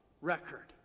record